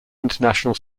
international